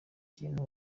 kintu